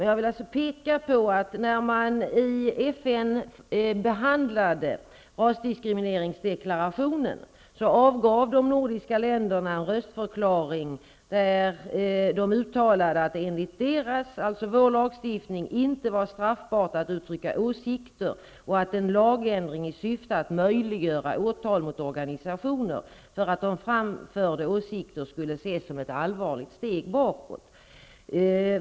Jag vill peka på att när man i FN behandlade rasdiskrimineringsdeklarationen avgav de nordiska länderna en röstförklaring, där de uttalade att det enligt deras -- alltså även vår -- lagstiftning inte var straffbart att uttrycka åsikter och att en lagändring i syfte att möjliggöra åtal mot organisationer för att de framförde åsikter skulle ses som ett allvarligt steg bakåt.